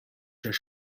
għax